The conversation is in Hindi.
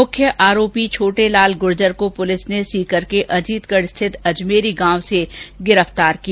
मुख्य आरोपी छोटेलाल गुर्जर को पुलिस ने कल सीकर के अजीतगढ स्थित अजमेरी गांव से गिरफ्तार किया